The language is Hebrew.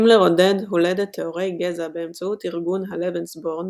הימלר עודד הולדת "טהורי גזע" באמצעות ארגון הלבנסבורן